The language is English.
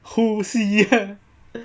呼吸